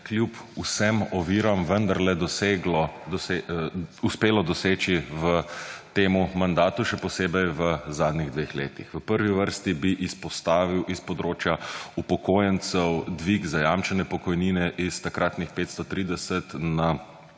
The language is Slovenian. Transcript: kljub vsem oviram vendarle uspelo doseči v temu mandatu, še posebej v zadnjih dveh letih. V prvi vrsti bi izpostavil iz področja upokojencev dvig zajamčene pokojnine iz takratnih 530 na